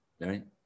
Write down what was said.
right